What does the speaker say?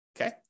okay